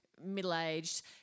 middle-aged